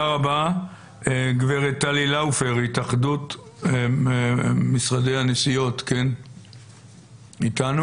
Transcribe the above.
גברת טלי לאופר, התאחדות משרדי הנסיעות, איתנו?